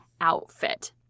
outfit